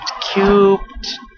cubed